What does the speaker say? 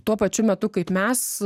tuo pačiu metu kaip mes